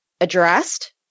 addressed